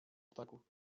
ptaków